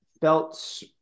felt